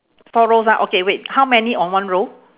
four rows ah okay wait how many on one row